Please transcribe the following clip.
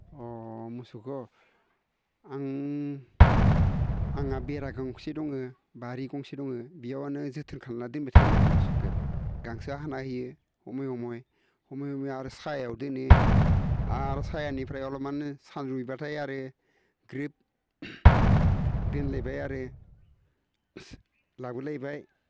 अ मोसौख' आं आंहा बेरा गंसे दङ बारि गंसे दङ बियावनो जोथोन खालामना दोनबाय थायो आं मोसौखो गांसो हाना होयो समाय समाय समाय समाय आरो सायाव दोनो आरो सायानिफ्राय अलपमान सान्दुं दुंब्लाथाय आरो ग्रोब दोनलायबाय आरो लाबोलायबाय